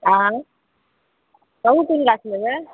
आँ कहू कोन गाछ लेबए